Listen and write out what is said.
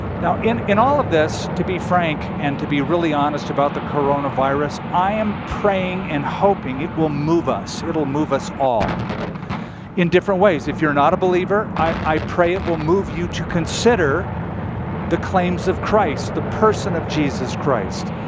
now in in all of this, to be frank, and to be really honest about the coronavirus, i am praying and hoping it will move us. it'll move us all in different ways. if you're not a believer, i pray it will move you to consider the claims of christ, the person of jesus christ,